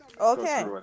Okay